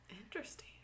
Interesting